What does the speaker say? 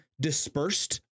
dispersed